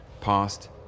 Past